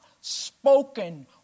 spoken